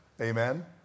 Amen